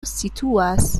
situas